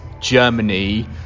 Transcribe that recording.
germany